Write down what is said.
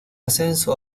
ascenso